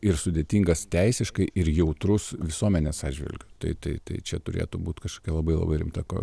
ir sudėtingas teisiškai ir jautrus visuomenės atžvilgiu tai tai tai čia turėtų būt kažkokia labai labai rimta ko